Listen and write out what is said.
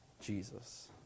Jesus